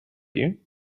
you